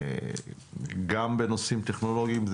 גם בנושאים טכנולוגיים,